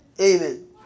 Amen